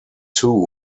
two